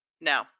No